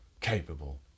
capable